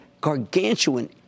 gargantuan